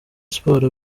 sports